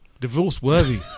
Divorce-worthy